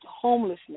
homelessness